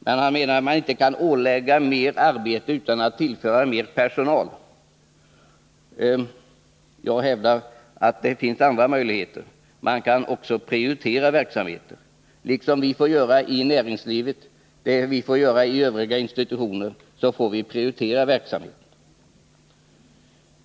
men jag vill anknyta till en sak som Sven Lindberg berörde i det sammanhanget. Han menar att man inte kan ålägga skogsvårdsstyrelsen mer arbete utan att tillföra den mer personal. Jag hävdar att det finns andra möjligheter. Man kant.ex. prioritera verksamheter på samma sätt som vi får göra i näringslivet och i övriga institutioner.